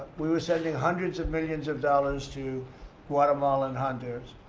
we were sending hundreds of millions of dollars to guatemala and honduras.